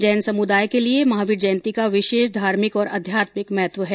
जैन समुदाय के लिए महावीर जयंती का विशेष धार्मिक और आध्यात्मिक महत्व है